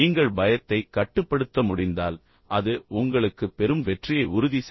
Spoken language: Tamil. நீங்கள் பயத்தை கட்டுப்படுத்த முடிந்தால் அது உங்களுக்கு பெரும் வெற்றியை உறுதி செய்யும்